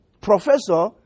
professor